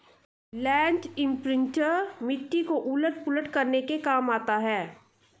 land imprinter मिट्टी को उलट पुलट करने के काम आता है